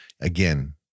Again